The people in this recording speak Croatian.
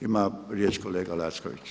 Ima riječ kolega Lacković.